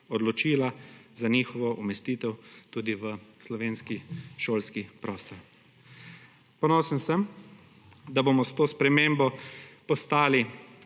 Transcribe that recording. odločila za njihovo umestitev tudi v slovenski šolski prostor. Ponosen sem, da bomo s to spremembo postali